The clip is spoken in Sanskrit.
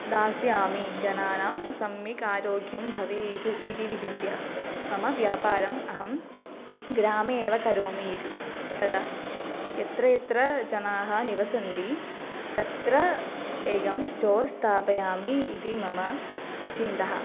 दास्यामि जनानां सम्यक् आरोग्यं भवेयुः इति विचिन्त्य मम व्यापारम् अहं ग्रामे एव करोमि इति तदा यत्र यत्र जनाः निवसन्ति तत्र एकं स्टोर् स्थापयामि इति मम चिन्तनम्